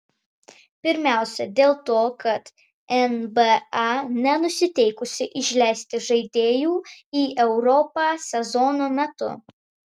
pirmiausia dėl to kad nba nenusiteikusi išleisti žaidėjų į europą sezono metu